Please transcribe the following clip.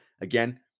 again